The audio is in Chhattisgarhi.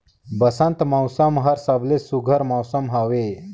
बंसत मउसम हर सबले सुग्घर मउसम हवे